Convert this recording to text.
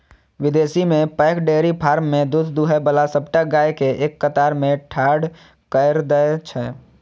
विदेश मे पैघ डेयरी फार्म मे दूध दुहै बला सबटा गाय कें एक कतार मे ठाढ़ कैर दै छै